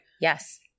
Yes